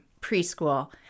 preschool